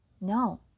no